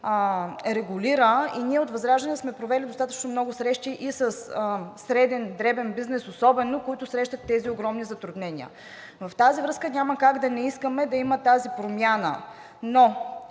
регулира. Ние от ВЪЗРАЖДАНЕ сме провели достатъчно много срещи със средния и дребен бизнес особено, които срещат тези огромни затруднения. В тази връзка няма как да не искаме да има тази промяна, но